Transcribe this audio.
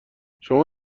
شما